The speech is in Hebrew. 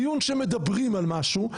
דיון שמדברים על משהו,